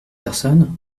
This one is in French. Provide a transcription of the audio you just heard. personnes